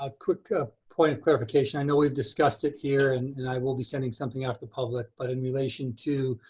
a quick ah point of clarification. i know we've discussed it here and and i will be sending something out to the public, but in relation to,